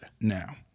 Now